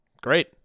Great